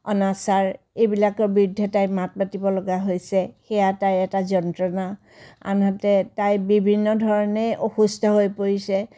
অনাচাৰ এইবিলাকৰ বিৰুদ্ধে তাই মাত মাতিব লগা হৈছে সেইয়া তাইৰ এটা যন্ত্ৰণা আনহাতে তাই বিভিন্ন ধৰণে অসুস্থ হৈ পৰিছে